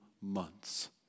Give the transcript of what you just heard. months